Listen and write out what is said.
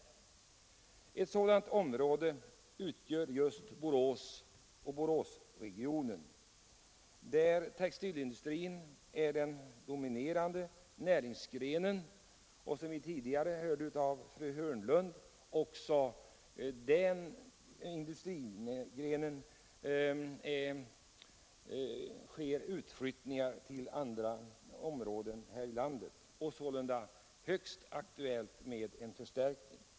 Ett sådant område utgör just Borås och Boråsregionen, där textilindustrin är den dominerande näringsgrenen. Som vi tidigare hörde av fru Hörnlund sker utflyttning av denna industri till andra områden i landet, och det är sålunda högst aktuellt med en förstärkning.